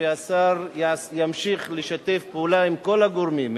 השר ימשיך לשתף פעולה עם כל הגורמים,